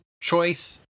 choice